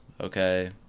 okay